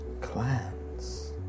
Clans